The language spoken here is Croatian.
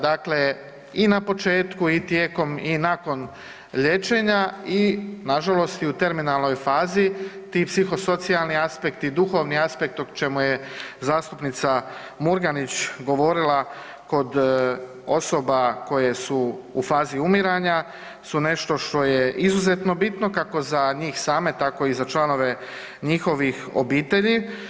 Dakle i na početku i tijekom i nakon liječenja i na žalost i u terminalnoj fazi ti psihosocijalni aspekti, duhovni aspekt o čemu je zastupnica Murganić govorila kod osoba koje su u fazi umiranja su nešto što je izuzetno bitno kako za njih same, tako i za članove njihovih obitelji.